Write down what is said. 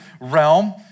realm